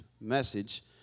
message